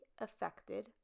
affected